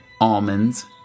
almonds